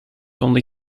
only